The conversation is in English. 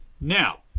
Now